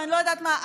ואני לא יודעת מה,